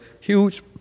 huge